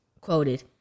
quoted